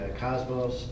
cosmos